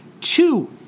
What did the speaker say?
two